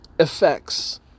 Effects